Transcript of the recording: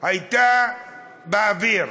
הייתה באוויר.